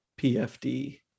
PFD